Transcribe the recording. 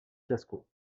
fiasco